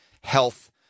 health